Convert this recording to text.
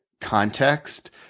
context